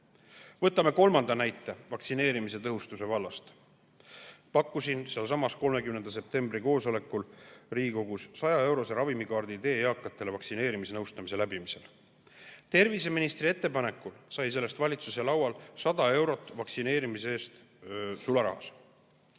Võtame kolmanda näite vaktsineerimise tõhustuse vallast. Pakkusin sealsamas 30. septembri koosolekul Riigikogus 100‑eurose ravimikaardi idee eakatele vaktsineerimisnõustamise läbimisel. Terviseministri ettepanekul sai sellest valitsuse laual 100 eurot vaktsineerimise eest sularahas.